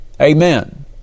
Amen